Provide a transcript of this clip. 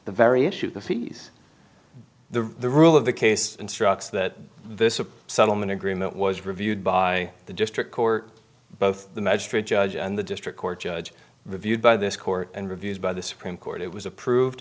the very issue the city's the rule of the case instructs that this a settlement agreement was reviewed by the district court both the magistrate judge and the district court judge viewed by this court and reviewed by the supreme court it was approved